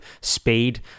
speed